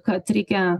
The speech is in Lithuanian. kad reikia